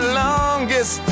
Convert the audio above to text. longest